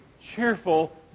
cheerful